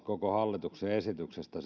koko hallituksen esityksestä